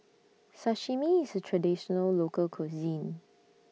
Sashimi IS A Traditional Local Cuisine